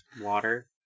Water